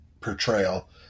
portrayal